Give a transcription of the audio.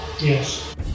Yes